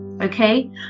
Okay